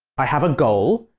i have a goal,